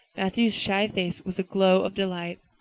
matthew's shy face was a glow of delight.